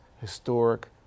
historic